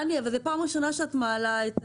זו פעם ראשונה שאת מעלה את זה.